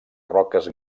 roques